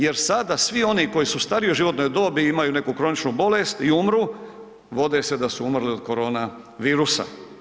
Jer sada svi oni koji su u starijoj životnoj dobi imaju neku kroničnu bolest i umru, vode se da su umrli od koronavirusa.